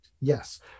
Yes